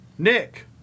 Nick